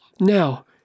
Now